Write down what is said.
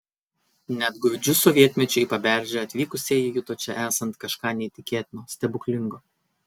net gūdžiu sovietmečiu į paberžę atvykusieji juto čia esant kažką neįtikėtino stebuklingo